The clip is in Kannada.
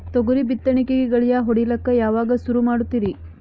ತೊಗರಿ ಬಿತ್ತಣಿಕಿಗಿ ಗಳ್ಯಾ ಹೋಡಿಲಕ್ಕ ಯಾವಾಗ ಸುರು ಮಾಡತೀರಿ?